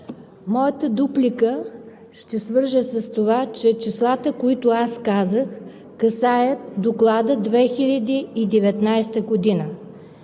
моята дуплика ще свържа с това, че числата, които аз казах, касаят Доклада от 2019 г.